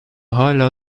hâlâ